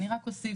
אני רק אוסיף,